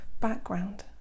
background